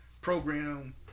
program